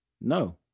No